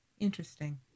interesting